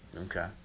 Okay